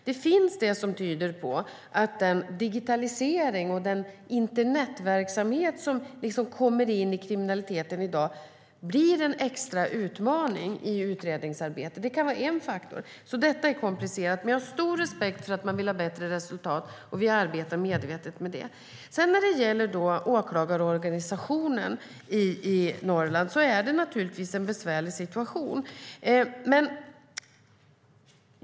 Det finns det som tyder på att den digitalisering och internetverksamhet som i dag kommer in i kriminaliteten blir en extra utmaning i utredningsarbetet. Det kan vara en faktor. Det är alltså komplicerat. Jag har stor respekt för att man vill ha bättre resultat, och vi arbetar medvetet med det. När det gäller åklagarorganisationen i Norrland är situationen naturligtvis besvärlig.